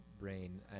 Brain